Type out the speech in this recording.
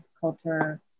culture